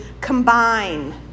combine